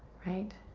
right?